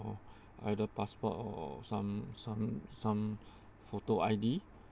either passport or some some some photo I_D